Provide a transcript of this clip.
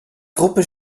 gruppe